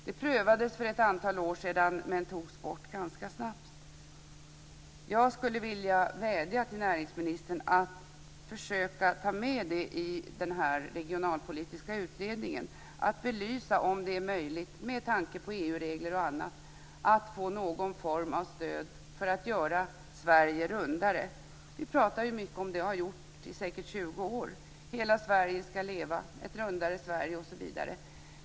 Det prövades för ett antal år sedan men togs bort ganska snabbt. Jag skulle vilja vädja till näringsministern att låta den regionalpolitiska utredningen belysa om det är möjligt, med tanke på bl.a. EU-regler, att få någon form av stöd för att göra Sverige rundare. Vi pratar ju mycket om det, och har gjort i säkert 20 år: Hela Sverige skall leva, ett rundare Sverige, osv.